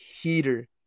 heater